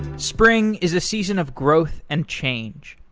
spring is a season of growth and change.